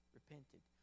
repented